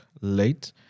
late